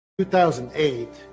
2008